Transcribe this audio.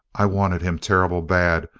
i wanted him terrible bad,